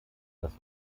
das